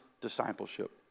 discipleship